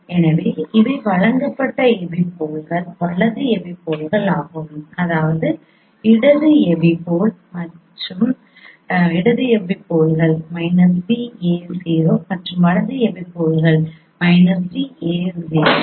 எனவே அவை வழங்கப்பட்ட எபிபோல்கள் வலது எபிபோல் ஆகும் அதாவது இடது எபிபோல் b a 0 மற்றும் வலது எபிபோல் d e 0